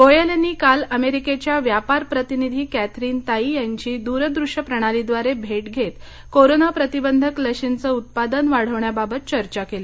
गोयल यांनी काल अमेरिकेच्या व्यापार प्रतिनिधी कॅथरिन तायी यांची द्र दृश्य प्रणालीद्वारे भेट घेत कोरोना प्रतिबंधक लशींचं उत्पादन वाढवण्याबाबत चर्चा केली